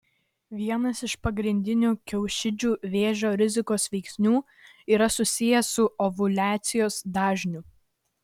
vienas iš pagrindinių kiaušidžių vėžio rizikos veiksnių yra susijęs su ovuliacijos dažniu